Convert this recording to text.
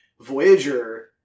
Voyager